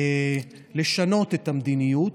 לשנות את המדיניות.